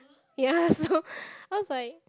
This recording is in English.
ya so I was like